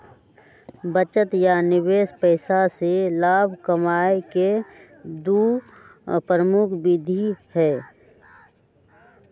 बचत आ निवेश पैसा से लाभ कमाय केँ दु प्रमुख विधि हइ